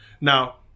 Now